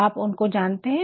आप उनको जानते है